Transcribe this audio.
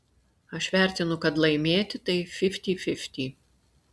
aš vertinu kad laimėti tai fifty fifty